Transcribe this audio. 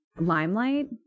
limelight